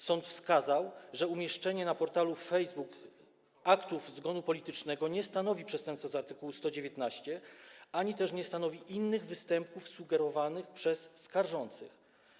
Sąd wskazał, że umieszczenie na portalu Facebook aktów zgonu politycznego nie stanowi przestępstwa z art. 119 ani też nie stanowi innych występków sugerowanych przez skarżących.